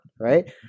right